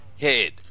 head